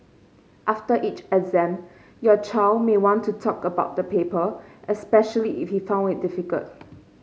after each exam your child may want to talk about the paper especially if he found it difficult